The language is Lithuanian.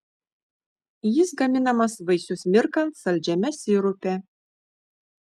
jis gaminamas vaisius mirkant saldžiame sirupe